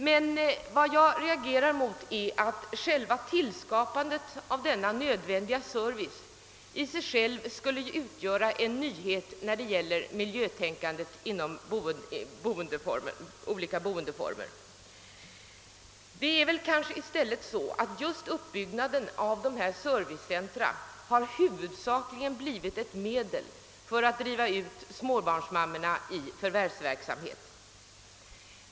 Men vad jag reagerar mot är att själva skapandet av denna nödvändiga service anses utgöra en nyhet när det gäller miljötänkandet inom olika boendeformer. Det är kanske i stället så att just uppbyggnaden av servicecentra huvudsakligen blivit ett medel för att driva ut småbarnsmammorna i förvärvsverksamhet.